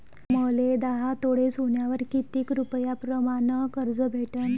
मले दहा तोळे सोन्यावर कितीक रुपया प्रमाण कर्ज भेटन?